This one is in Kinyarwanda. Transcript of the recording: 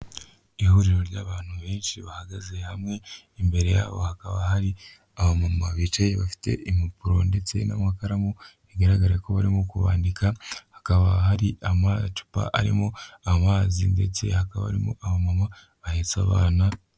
Ihuriro ry'abantu benshi bahagaze hamwe imbere yabo hakaba hari abamama, bicaye bafite impapuro ndetse n'amakaramu, bigaragara ko barimo kubandika, hakaba hari amacupa arimo amazi ndetse hakaba arimo abama bahesha abana.